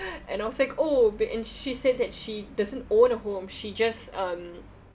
and I was like oh b~ and she said that she doesn't own a home she just um